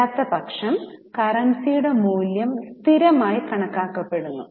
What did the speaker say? അല്ലാത്തപക്ഷം കറൻസിയുടെ മൂല്യം സ്ഥിരമായി കണക്കാക്കപ്പെടുന്നു